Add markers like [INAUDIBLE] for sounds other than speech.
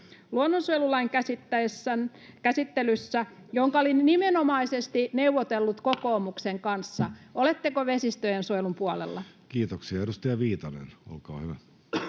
luonnonsuojelulain käsittelyssä, jonka olin nimenomaisesti neuvotellut kokoomuksen kanssa? [NOISE] Oletteko vesistöjensuojelun puolella? Kiitoksia. — Edustaja Viitanen, olkaa hyvä.